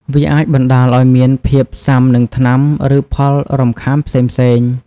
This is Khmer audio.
វាអាចបណ្ដាលឱ្យមានភាពស៊ាំនឹងថ្នាំ ឬផលរំខានផ្សេងៗ។